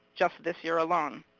just this year alone.